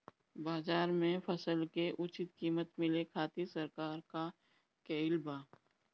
बाजार में फसल के उचित कीमत मिले खातिर सरकार का कईले बाऽ?